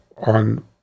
on